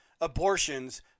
abortions